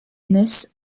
naissent